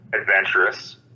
adventurous